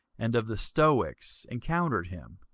and of the stoicks, encountered him.